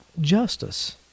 justice